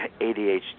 ADHD